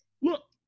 Look